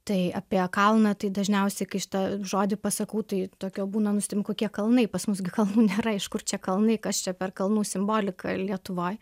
tai apie kalną tai dažniausiai kai šitą žodį pasakau tai tokio būna nustem kokie kalnai pas mus gi kalnų nėra iš kur čia kalnai kas čia per kalnų simbolika lietuvoj